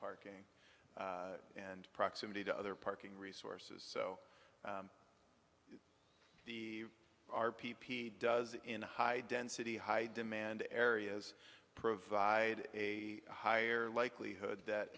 parking and proximity to other parking resources so the r p p does in a high density high demand areas provide a higher likelihood that